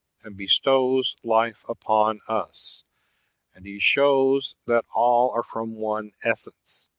and bestows life upon us and he shows that all are from one essence,